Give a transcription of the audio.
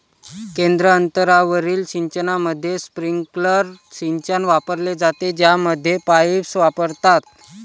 केंद्र अंतरावरील सिंचनामध्ये, स्प्रिंकलर सिंचन वापरले जाते, ज्यामध्ये पाईप्स वापरतात